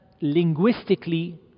linguistically